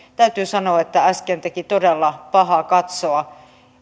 täytyy sanoa että äsken teki todella pahaa katsoa